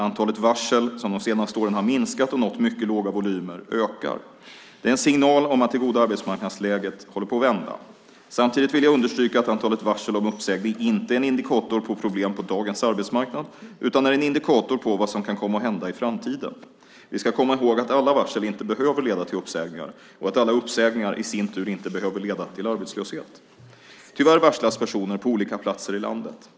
Antalet varsel, som de senaste åren har minskat och nått mycket låga volymer, ökar. Det är en signal om att det goda arbetsmarknadsläget håller på att vända. Samtidigt vill jag understryka att antalet varsel om uppsägning inte är en indikator på problem på dagens arbetsmarknad utan är en indikator på vad som kan komma att hända i framtiden. Vi ska komma ihåg att inte alla varsel behöver leda till uppsägningar och att inte alla uppsägningar i sin tur behöver leda till arbetslöshet. Tyvärr varslas personer på olika platser i landet.